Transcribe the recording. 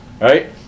Right